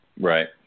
right